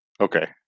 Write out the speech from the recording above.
Okay